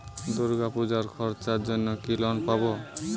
দূর্গাপুজোর খরচার জন্য কি লোন পাব?